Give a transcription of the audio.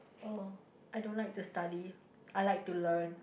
oh I don't like to study I like to learn